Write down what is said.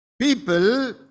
People